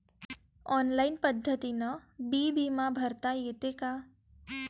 Online पद्धतीनं बी बिमा भरता येते का?